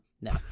No